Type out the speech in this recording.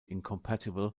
incompatible